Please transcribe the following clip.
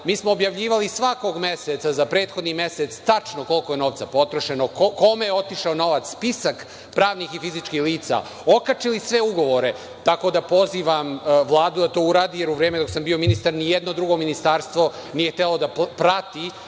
mi smo objavljivali svakog meseca za prethodni mesec tačno koliko je novca potrošeno, kome je otišao novac, spisak pravnih i fizičkih lica, okačili sve ugovore. Tako da, pozivam Vladu da to uradi, jer u vreme dok sam bio ministar nijedno drugo ministarstvo nije htelo da prati